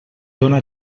dóna